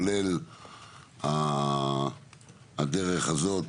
כולל הדרך הזאת,